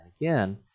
again